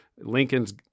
Lincoln's